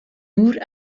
nur